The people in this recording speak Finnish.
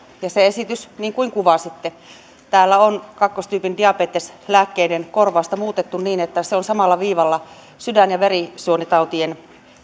ja täällä esityksessä niin kuin kuvasitte on kakkostyypin diabeteslääkkeiden korvausta muutettu niin että se on samalla viivalla sydän ja verisuonitautien